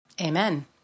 Amen